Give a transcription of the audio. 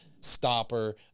Stopper